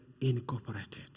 incorporated